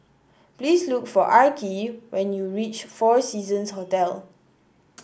please look for Arkie when you reach Four Seasons Hotel